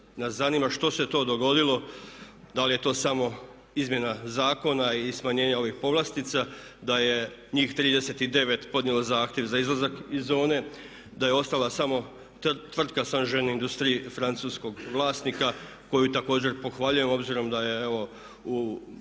nas zanima što se to dogodilo, da li je to samo izmjena zakona i smanjenje ovih povlastica da je njih 39 podnijelo zahtjev za izlazak iz zone, da je ostala samo tvrtka Saint Jean Industries francuskog vlasnika koju također pohvaljujem obzirom da je evo u